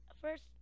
first